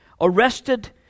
Arrested